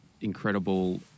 incredible